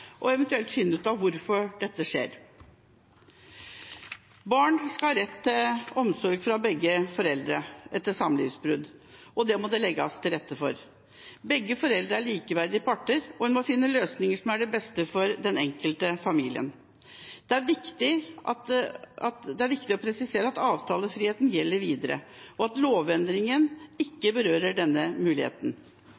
og eventuelt finne ut av hvorfor det skjer. Barn skal ha rett til omsorg fra begge foreldre etter samlivsbrudd, og det må det legges til rette for. Begge foreldre er likeverdige parter, og en må finne løsninger som er best for den enkelte familien. Det er viktig å presisere at avtalefriheten gjelder videre, og at lovendringen